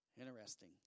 Interesting